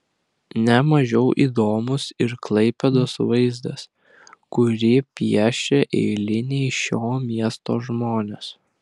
ne mažiau įdomus ir klaipėdos vaizdas kurį piešia eiliniai šio miesto žmonės